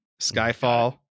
Skyfall